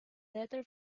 letter